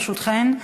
ברשותכן.